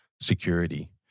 Security